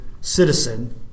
citizen